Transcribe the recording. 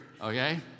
okay